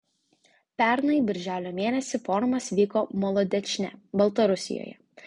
pernai birželio mėnesį forumas vyko molodečne baltarusijoje